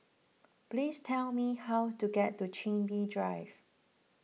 please tell me how to get to Chin Bee Drive